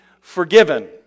forgiven